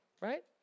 right